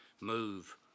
move